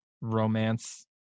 romance